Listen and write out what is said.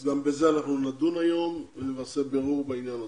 גם בזה אנחנו נדון היום ונעשה בירור בעניין הזה.